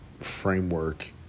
framework